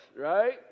right